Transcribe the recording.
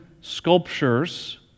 sculptures